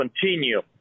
continue